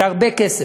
זה הרבה כסף.